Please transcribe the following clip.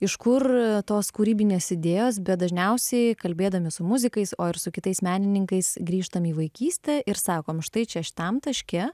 iš kur tos kūrybinės idėjos bet dažniausiai kalbėdami su muzikais o ir su kitais menininkais grįžtam į vaikystę ir sakom štai čia šitam taške